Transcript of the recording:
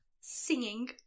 singing